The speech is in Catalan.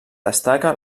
destaca